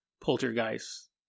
poltergeists